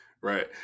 Right